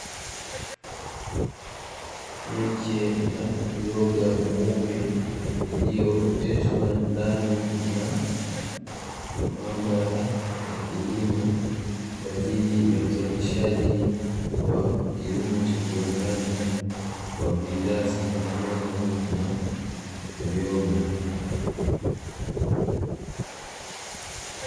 Miche ya uyoga mweupe iliyooteshwa ndani ya maabara ya kilimo kwa ajili ya uzalishaji wa kilimo cha kiwandani wa bidhaa zitokanazo na uyoga.